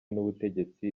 n’ubutegetsi